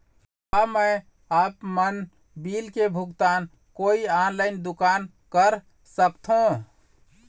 का मैं आपमन बिल के भुगतान कोई ऑनलाइन दुकान कर सकथों?